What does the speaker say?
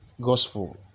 gospel